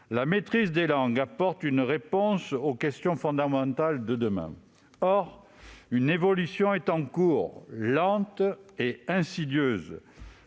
La maîtrise des langues apporte une réponse aux questions fondamentales de demain. Or une évolution est en cours, lente et insidieuse.